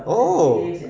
oo